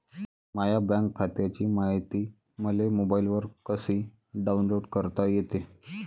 माह्या बँक खात्याची मायती मले मोबाईलवर कसी डाऊनलोड करता येते?